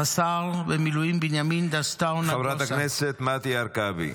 רס"ר במיל' בנימין דסטאו נגוסה --- חברת הכנסת מטי הרכבי,